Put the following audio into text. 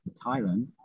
Thailand